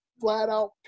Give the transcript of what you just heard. flat-out